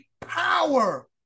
power